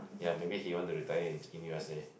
ya maybe he want to retire in in U_S_A